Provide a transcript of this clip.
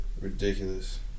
Ridiculous